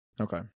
okay